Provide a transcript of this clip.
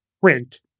print